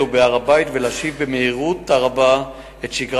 בראשית אבקש לומר כי הייחודיות והרגישות של הר-הבית על רקע